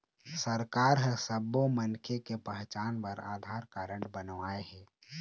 सरकार ह सब्बो मनखे के पहचान बर आधार कारड बनवाए हे